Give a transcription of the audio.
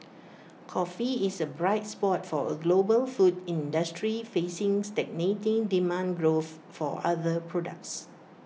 coffee is A bright spot for A global food industry facing stagnating demand growth for other products